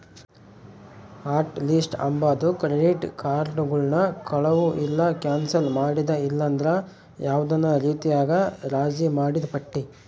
hot list ಅಂಬಾದು credit ಕಾರ್ಡುಗುಳ್ನ ಕಳುವು ಇಲ್ಲ ಕ್ಯಾನ್ಸಲ್ ಮಾಡಿದ ಇಲ್ಲಂದ್ರ ಯಾವ್ದನ ರೀತ್ಯಾಗ ರಾಜಿ ಮಾಡಿದ್ ಪಟ್ಟಿ